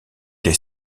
les